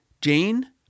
Jane